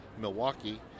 Milwaukee